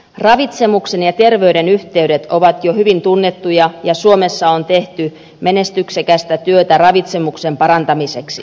ravitsemuksen ja terveyden yhteydet ovat jo hyvin tunnettuja ja suomessa on tehty menestyksekästä työtä ravitsemuksen parantamiseksi